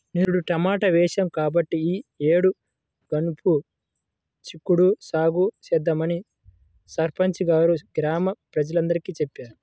నిరుడు టమాటా వేశాం కాబట్టి ఈ యేడు గనుపు చిక్కుడు సాగు చేద్దామని సర్పంచి గారు గ్రామ ప్రజలందరికీ చెప్పారు